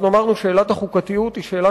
אנחנו אמרנו ששאלת החוקתיות היא שאלה